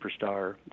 superstar